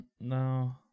No